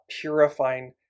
purifying